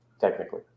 technically